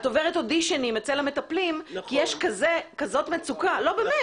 את עוברת אודישנים אצל המטפלים כי יש מצוקה כזו גדולה.